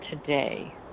today